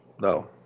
no